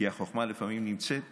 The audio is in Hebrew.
כי החוכמה לפעמים נמצאת